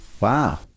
wow